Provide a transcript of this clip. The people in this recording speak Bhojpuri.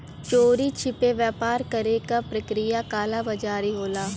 चोरी छिपे व्यापार करे क प्रक्रिया कालाबाज़ारी होला